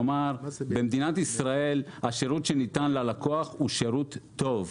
כלומר במדינת ישראל השירות שניתן ללקוח הוא שירות טוב.